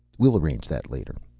we'll arrange that later.